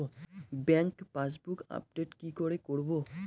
Bank passbook update কি করে করবো?